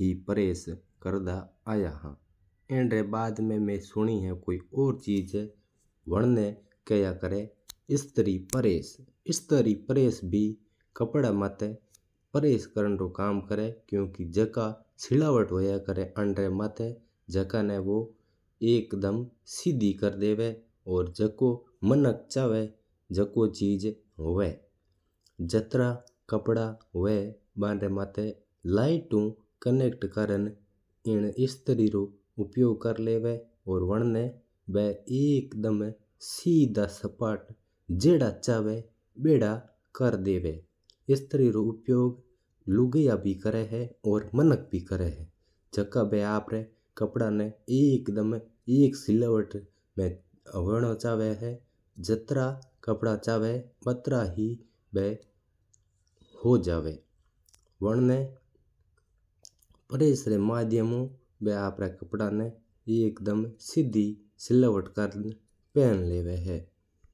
ही press करर देवा हा। एणरा बाद में सुनी है कि कोई और चीज़ भी आवना दुग्ग गी है। वण ना किया करा है एश्त्री प्रेस। एश्त्री प्रेस भी कपड़ा मात्ता प्रेस रो काम्म करिया करा है। जदा भी कपड़ा मात्ता शिलवता होया करा है तो माई एश्त्री प्रेस कर दिया करा हा। बू साला ना एकदम्म सीधा करर देवा है। और झाकी चीज़ मीनाक करनू चावा बू होया करा है जात्रा भी कपड़ा हुआ बा काम्म समय्य में प्रेस कर दिया करा है।